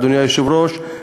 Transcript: אדוני היושב-ראש,